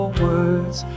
words